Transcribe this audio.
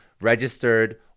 registered